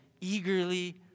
eagerly